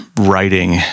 writing